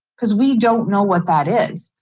because we don't know what that is.